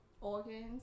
organs